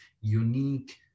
unique